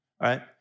right